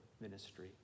ministry